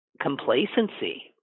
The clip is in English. complacency